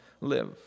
live